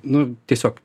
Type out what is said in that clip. nu tiesiog